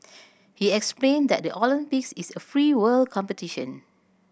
he explain that the Olympics is a free world competition